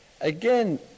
again